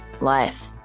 life